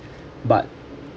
but